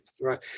Right